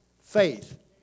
faith